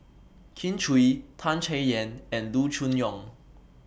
Kin Chui Tan Chay Yan and Loo Choon Yong